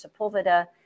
Sepulveda